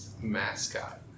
mascot